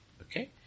Okay